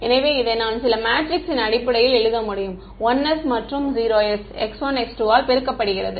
எனவே இதை நான் சில மேட்ரிக்ஸின் அடிப்படையில் எழுத முடியும் 1s மற்றும் 0s x1x2 ஆல் பெருக்கப்படுகிறது